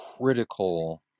critical